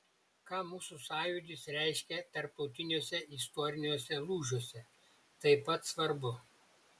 ką mūsų sąjūdis reiškė tarptautiniuose istoriniuose lūžiuose taip pat svarbu